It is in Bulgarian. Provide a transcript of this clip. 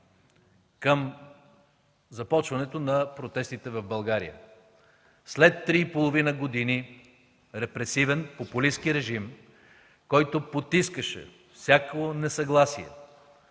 към започването на протестите в България. След три и половина години репресивен, популистки режим, който подтискаше всяко несъгласие,